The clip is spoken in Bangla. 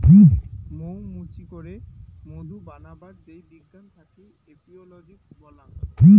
মৌ মুচি করে মধু বানাবার যেই বিজ্ঞান থাকি এপিওলোজি বল্যাং